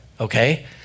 okay